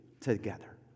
together